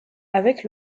avec